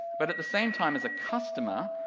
but at the same time as a customer,